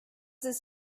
his